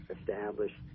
established